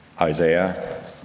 Isaiah